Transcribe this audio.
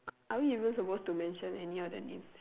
are we even supposed to mention any other name